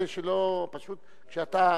כשאתה